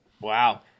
Wow